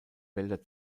wälder